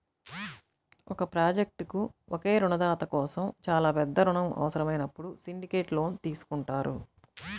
ఒక ప్రాజెక్ట్కు ఒకే రుణదాత కోసం చాలా పెద్ద రుణం అవసరమైనప్పుడు సిండికేట్ లోన్ తీసుకుంటారు